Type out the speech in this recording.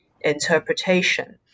interpretation